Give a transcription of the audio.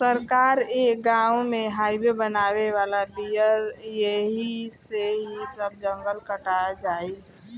सरकार ए गाँव में हाइवे बनावे वाला बिया ऐही से इ सब जंगल कटा जाई